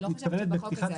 אני לא חושבת שבחוק הזה.